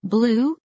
Blue